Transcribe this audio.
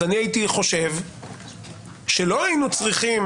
אז הייתי חושב שלו היינו צריכים